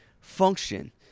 function